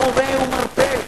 מורה ומרפא.